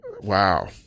wow